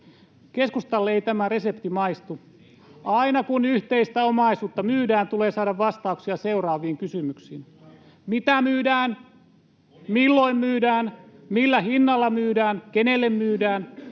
Keskustalle ei tämä resepti maistu. Aina kun yhteistä omaisuutta myydään, tulee saada vastauksia seuraaviin kysymyksiin: mitä myydään, [Jani Mäkelän välihuuto] milloin myydään, millä hinnalla myydään, kenelle myydään